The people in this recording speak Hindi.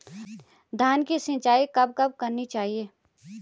धान की सिंचाईं कब कब करनी चाहिये?